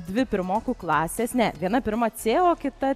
dvi pirmokų klasės ne viena pirma c o kita